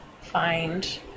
find